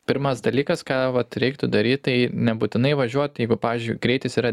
pirmas dalykas ką vat reiktų daryt tai nebūtinai važiuot jeigu pavyzdžiui greitis yra